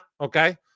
okay